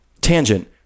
tangent